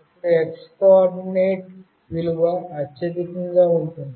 అప్పుడు x coordinate విలువ అత్యధికంగా ఉంటుంది